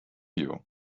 you